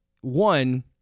one